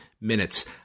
minutes